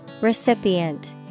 Recipient